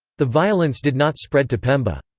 the violence did not spread to pemba.